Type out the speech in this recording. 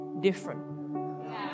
different